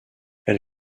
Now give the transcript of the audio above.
elle